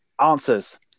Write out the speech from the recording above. Answers